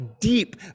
deep